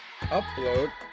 upload